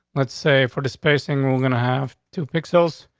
let's say for the spacing, we're gonna have to pixels.